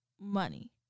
money